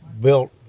built